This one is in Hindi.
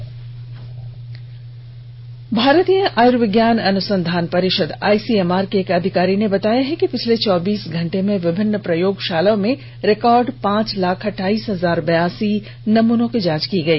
इस बीच भारतीय आयुर्विज्ञान अनुसंधान परिषद आईसीएमआर के एक अधिकारी ने बताया है कि पिछले चौबीस घंटे में विभिन्न प्रयोगशालाओं में रिकॉर्ड पांच लाख अट्ठाइस हजार बयासी नमूनों की जांच की गई